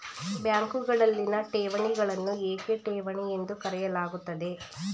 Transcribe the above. ಬ್ಯಾಂಕುಗಳಲ್ಲಿನ ಠೇವಣಿಗಳನ್ನು ಏಕೆ ಠೇವಣಿ ಎಂದು ಕರೆಯಲಾಗುತ್ತದೆ?